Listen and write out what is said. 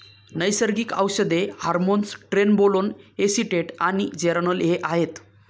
नैसर्गिक औषधे hormones trenbolone acetate आणि जेरानोल हे आहेत